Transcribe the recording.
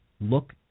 Look